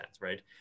right